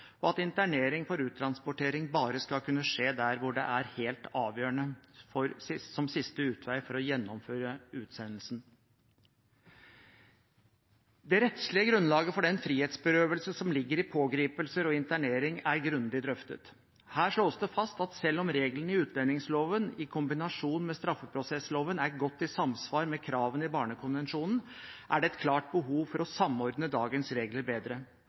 og at internering for uttransportering bare skal kunne skje der hvor det er helt avgjørende som siste utvei for å gjennomføre utsendelsen. Det rettslige grunnlaget for den frihetsberøvelse som ligger i pågripelser og internering, er grundig drøftet. Her slås det fast at selv om reglene i utlendingsloven i kombinasjon med straffeprosessloven er godt i samsvar med kravene i barnekonvensjonen, er det et klart behov for å samordne dagens regler bedre.